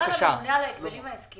אתה מדבר על הממונה על ההגבלים העסקיים?